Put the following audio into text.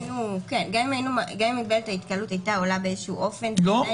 גם עם מגבלת ההתקהלות הייתה עולה באיזשהו אופן עדיין